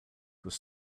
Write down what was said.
was